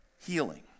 healing